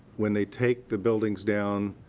when they take the buildings down,